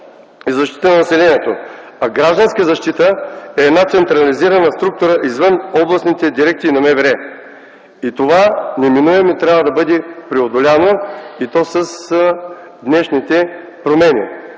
и защита на населението”. А Гражданска защита е една централизирана структура, извън областните дирекции на МВР. И това неминуемо трябва да бъде преодоляно и то с днешните промени,